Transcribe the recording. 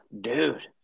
dude